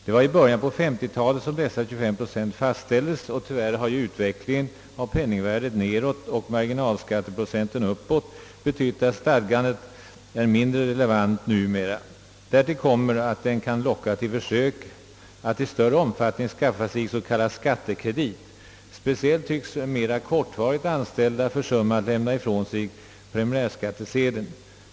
Dessa 25 procent fastställdes i början av 1950-talet, och tyvärr har ju utvecklingen av penningvärdet nedåt och marginalskatteprocenten uppåt betytt att stadgandet numera är mindre relevant. Därtill kommer att bestämmelsen kan locka till försök att i större omfattning skaffa sig s.k. skattekredit. Speciellt tycks mera kortvarigt anställda försumma att lämna ifrån sig preliminärskattesedeln.